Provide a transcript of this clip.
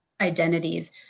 identities